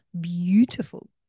beautiful